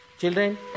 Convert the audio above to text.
Children